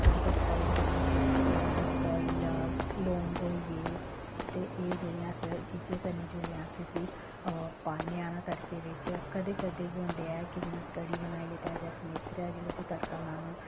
कढ़ी पत्ता होई गेआ तेज पत्ता होई गेआ लौंग होई गे ते एह् जेह्ड़ियां अस चीजें कन्नै जेल्लै अस इसी पान्ने आं ना तड़के बिच्च कदें कदें के होंदे ऐ कि जियां अस कढ़ी बनाइयै ते अज्ज अस मेथरे जेल्लै उसी तड़का लाना